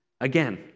Again